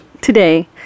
Today